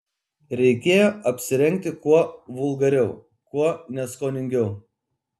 reikėjo apsirengti kuo vulgariau kuo neskoningiau